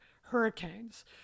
hurricanes